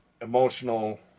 emotional